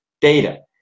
data